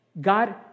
God